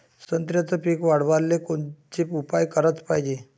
संत्र्याचं पीक वाढवाले कोनचे उपाव कराच पायजे?